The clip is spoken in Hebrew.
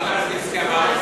גם רותם.